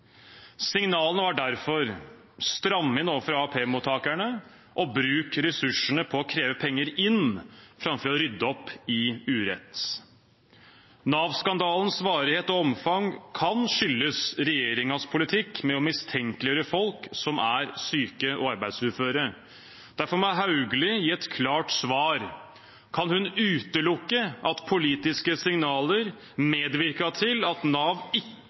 Signalene var derfor å stramme inn overfor AFP-mottakerne og å bruke ressursene på å kreve penger inn framfor å rydde opp i urett. Nav-skandalens varighet og omfang kan skyldes regjeringens politikk med å mistenkeliggjøre folk som er syke og arbeidsuføre, og derfor må statsråd Hauglie gi et klart svar på om hun kan utelukke at politiske signaler medvirket til at Nav ikke